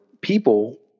people